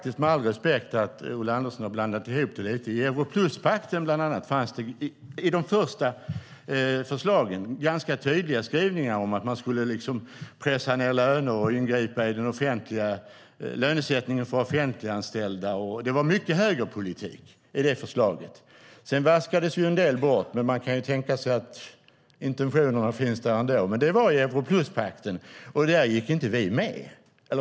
I bland annat Euro plus-pakten fanns det i de första förslagen ganska tydliga skrivningar om att man skulle pressa ned löner och ingripa i lönesättningen för offentliganställda. Det var mycket högerpolitik i det förslaget. Sedan vaskades en del bort, men man kan tänka sig att intentionerna ändå finns där. Men detta gällde Europluspakten, och där gick vi inte med.